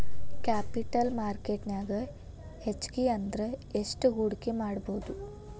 Capital market ನ್ಯಾಗ್ ಹೆಚ್ಗಿ ಅಂದ್ರ ಯೆಸ್ಟ್ ಹೂಡ್ಕಿಮಾಡ್ಬೊದು?